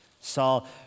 Saul